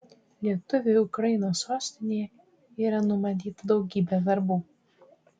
lietuviui ukrainos sostinėje yra numatyta daugybė darbų